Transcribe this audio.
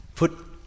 put